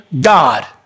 God